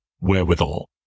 wherewithal